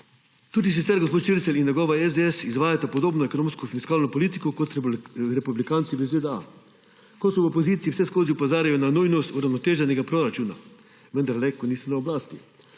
Tudi sicer gospod Šircelj in njegova SDS izvajata podobno ekonomsko fiskalno politiko kot republikanci v ZDA. Ko so v opoziciji, vseskozi opozarjajo na nujnost uravnoteženega proračuna, vendar le, ko niso na oblasti.